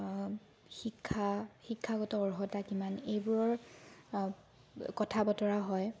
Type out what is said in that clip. শিক্ষা শিক্ষাগত অৰ্হতা কিমান এইবোৰৰ কথা বতৰা হয়